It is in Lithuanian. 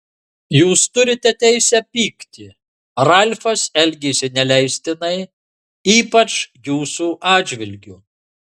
jūs turite teisę pykti ralfas elgėsi neleistinai ypač jūsų atžvilgiu